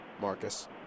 Marcus